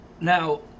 Now